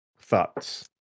thoughts